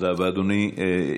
תודה רבה, אדוני.